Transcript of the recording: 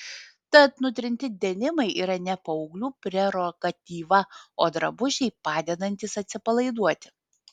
tad nutrinti denimai yra ne paauglių prerogatyva o drabužiai padedantys atsipalaiduoti